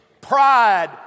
Pride